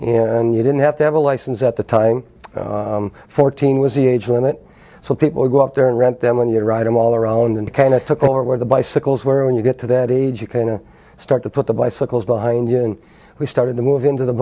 and you didn't have to have a license at the time fourteen was the age limit so people would go up there and rent them and you're right i'm all around and kind of took over where the bicycles were when you got to that age you can start to put the bicycles behind you and we started to move into the